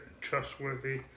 trustworthy